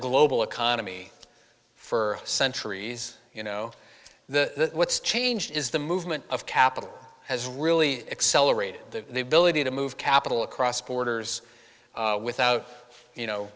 global economy for centuries you know the what's changed is the movement of capital has really accelerated the military to move capital across borders without you know